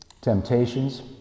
Temptations